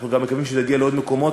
אנחנו גם מקווים שזה יגיע לעוד מקומות,